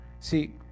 See